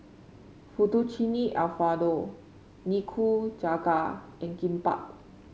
Fettuccine Alfredo Nikujaga and Kimbap